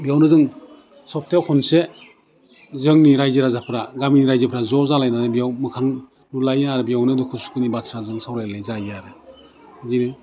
बेयावनो जों सप्तायाव खनसे जोंनि रायजो राजाफ्रा गामिनि रायजोफ्रा ज' जालायनानै बेयाव मोखां नुलायो आरो बेयावनो दुखु सुखुनि बाथ्रा जों सावरायलायनाय जायो आरो बिदिनो